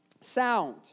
sound